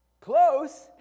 Close